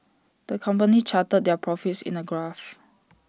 the company charted their profits in A graph